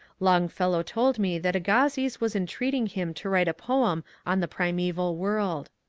longfellow told me that agassiz was entreating him to write a poem on the primeval world.